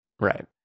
right